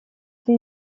для